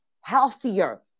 healthier